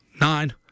nine